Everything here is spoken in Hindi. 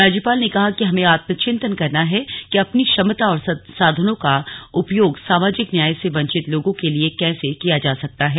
राज्यपाल ने कहा कि हमें आत्मचिंतन करना है कि अपनी क्षमता और संसाधनों का उपयोग सामाजिक न्याय से वंचित लोगों के लिए कैसे किया जा सकता है